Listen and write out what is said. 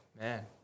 man